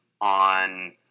on